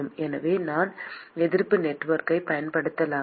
எனவே நான் எதிர்ப்பு நெட்வொர்க்கைப் பயன்படுத்தலாமா